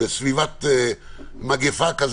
בסביבת מגפה.